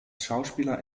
schauspieler